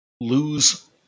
lose